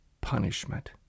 punishment